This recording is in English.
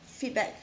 feedback